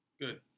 Good